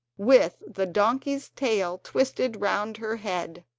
with the donkey's tail twisted round her head.